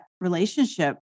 relationship